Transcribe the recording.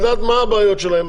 לדעת מה הבעיות שלהן,